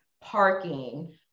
parking